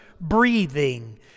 breathing